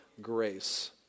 grace